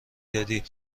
دادی